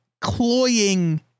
cloying